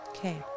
Okay